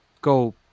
go